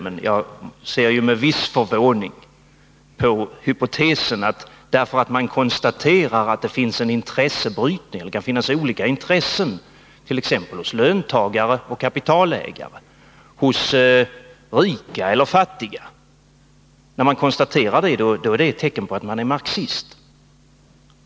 Men jag är något förvånad över hypotesen att konstaterandet att det finns en intressebrytning — det kan t.ex. finnas olika intressen hos löntagare och kapitalägare, hos rika och fattiga — är ett tecken på att man är marxist.